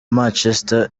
manchester